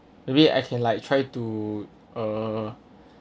maybe I can like try to uh